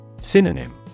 Synonym